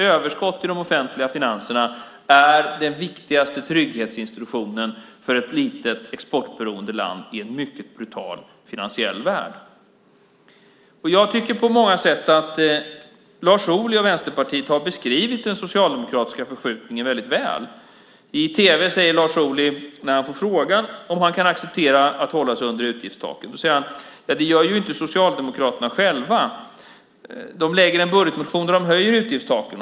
Överskott i de offentliga finanserna är den viktigaste trygghetsinstitutionen för ett litet, exportberoende land i en mycket brutal finansiell värld. Jag tycker på många sätt att Lars Ohly och Vänsterpartiet har beskrivit den socialdemokratiska förskjutningen väldigt väl. När Lars Ohly i tv får frågan om han kan acceptera att hålla sig under utgiftstaket säger han: Ja, det gör ju inte Socialdemokraterna själva. De lägger en budgetmotion där de höjer utgiftstaken.